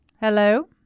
Hello